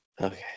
Okay